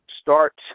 start